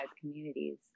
communities